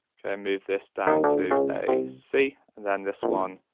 move this down to a c, and then this one